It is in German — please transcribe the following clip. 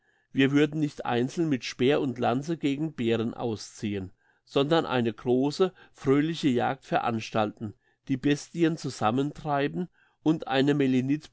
wir würden nicht einzeln mit speer und lanze gegen bären ausziehen sondern eine grosse fröhliche jagd veranstalten die bestien zusammentreiben und eine